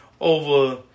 over